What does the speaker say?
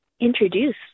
introduce